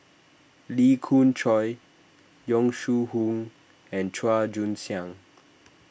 Lee Khoon Choy Yong Shu Hoong and Chua Joon Siang